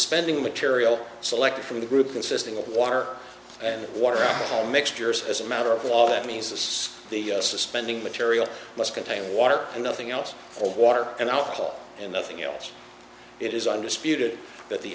suspending material selected from the group consisting of water and water mixtures as a matter of law that means is the suspending material must contain water and nothing else hold water and alcohol and nothing else it is undisputed that the